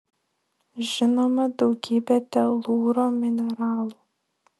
žinoma daugybė telūro mineralų